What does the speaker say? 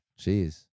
Jeez